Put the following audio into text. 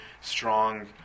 strong